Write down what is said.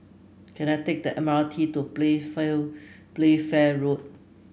can I take the M R T to Playfair Playfair Road